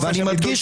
ואני מדגיש,